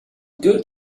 good